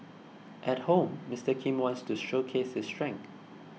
at home Mister Kim wants to showcase his strength